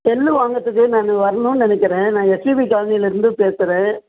cell வாங்கிறதுக்கு நான் வரணுன்னு நினைக்கிறேன் நான் எஸ்விபி காலனிலிருந்து பேசுகிறேன்